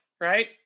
Right